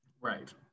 Right